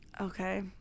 Okay